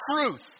truth